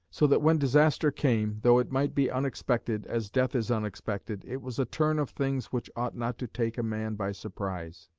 so that when disaster came, though it might be unexpected, as death is unexpected, it was a turn of things which ought not to take a man by surprise.